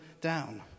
down